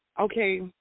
Okay